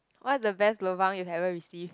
what's the best lobang you've ever received